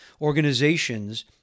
organizations